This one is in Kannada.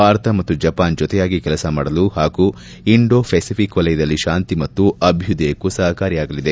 ಭಾರತ ಮತ್ತು ಜಪಾನ್ ಜೊತೆಯಾಗಿ ಕೆಲಸ ಮಾಡಲು ಹಾಗೂ ಇಂಡೋ ಫೆಸಿಪಿಕ್ ವಲಯದಲ್ಲಿ ಶಾಂತಿ ಮತ್ತು ಅಭ್ಯುದಯಕ್ಕೂ ಸಹಕಾರಿಯಾಗಲಿದೆ